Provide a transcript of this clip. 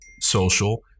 social